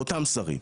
לאותם שרים.